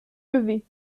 levé